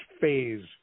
phase